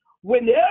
Whenever